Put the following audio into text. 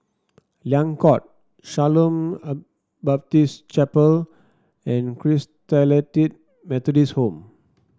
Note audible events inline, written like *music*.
Liang Court Shalom *hesitation* Baptist Chapel and Christalite Methodist Home